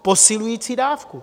Posilující dávku.